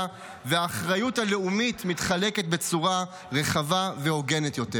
והאחריות הלאומית מתחלקת בצורה רחבה והוגנת יותר.